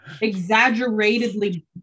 exaggeratedly